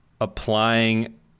applying